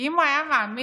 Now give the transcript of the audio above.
אם הוא היה מאמין,